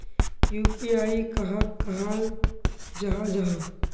UPI कहाक कहाल जाहा जाहा?